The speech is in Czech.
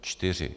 Čtyři.